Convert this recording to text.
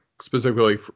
specifically